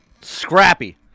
Scrappy